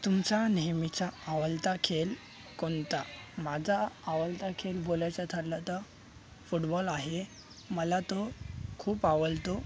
तुमचा नेहमीचा आवडता खेळ कोणता माझा आवडता खेळ बोलायचं ठरलं तर फुटबॉल आहे मला तो खूप आवडतो